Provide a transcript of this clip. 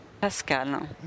Pascal